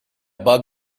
bug